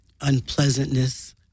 unpleasantness